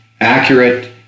accurate